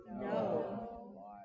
No